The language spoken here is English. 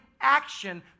action